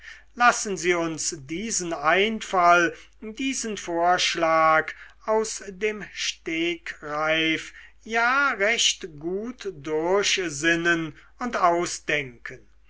lassen sie uns diesen einfall diesen vorschlag aus dem stegreife ja recht gut durchsinnen und ausdenken